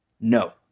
No